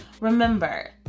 Remember